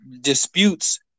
Disputes